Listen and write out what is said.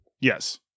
Yes